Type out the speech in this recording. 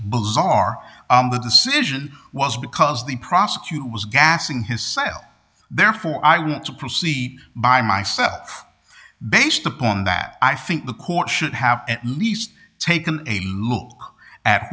bizarre the decision was because the prosecutor was gassing his cell therefore i want to proceed by myself based upon that i think the court should have at least taken a look at